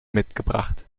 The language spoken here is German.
mitgebracht